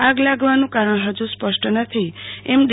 આગ લાગવાનુ કારણ હજુ સ્પષ્ટ નથી એમ ડી